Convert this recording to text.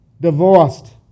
divorced